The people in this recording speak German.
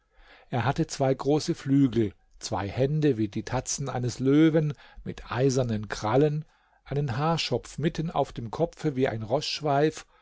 er hatte zwei große flügel zwei hände wie die tatzen eines löwen mit eisernen krallen einen haarschopf mitten auf dem kopfe wie ein roßschweif